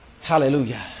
hallelujah